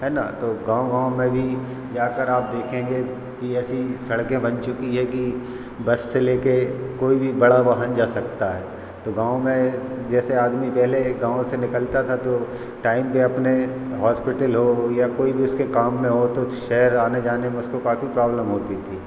है न तो गाँव गाँव में भी जाकर आप देखेंगे कि ऐसी सड़कें बन चुकी हैं कि बस से ले के कोई भी बड़ा वाहन जा सकता है तो गाँव में जैसे आदमी पहले गाँव से निकलता था तो टाइम पे अपने हॉस्पिटल हो या कोई भी उसके काम में हो तो शहर आने जाने में उसको काफ़ी प्रॉब्लम होती थी